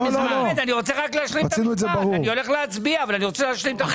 אחמד, אני רוצה רק להשלים את המשפט.